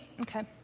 Okay